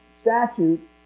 statute